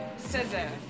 Scissor